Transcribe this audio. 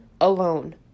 alone